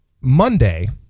Monday